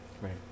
Right